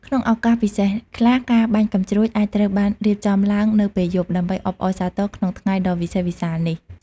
ក្នុងឱកាសពិសេសខ្លះ ការបាញ់កាំជ្រួចអាចត្រូវបានរៀបចំឡើងនៅពេលយប់ ដើម្បីអបអរសាទរក្នុងថ្ងៃដ៏វិសេសវិសាលនេះ។